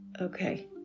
Okay